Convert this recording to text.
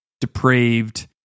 depraved